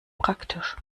praktisch